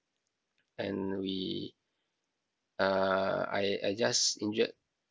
and we uh I I just injured